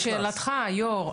לשאלתך, היושב-ראש.